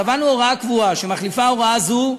קבענו הוראה קבועה שמחליפה הוראה זו,